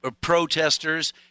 protesters